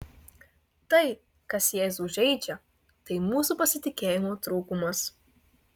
tai kas jėzų žeidžia tai mūsų pasitikėjimo trūkumas